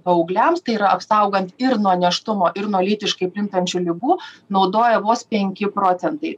paaugliams tai yra apsaugant ir nuo nėštumo ir nuo lytiškai plintančių ligų naudoja vos penki procentai